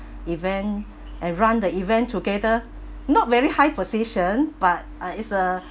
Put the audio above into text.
event and run the event together not very high position but uh it's a